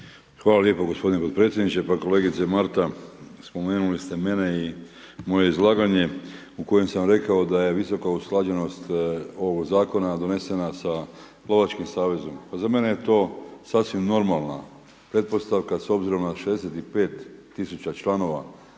Hvala lijepo, gospodine potpredsjedniče. Pa kolegice Marta spomenuli ste mene i moje izlaganje u kojem sam rekao da je visoka usklađenost ovog Zakona donesena sa Lovačkim savezom. Za mene je to sasvim normalna pretpostavka s obzirom na 65 000 članova